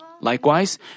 Likewise